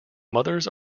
mothers